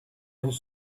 his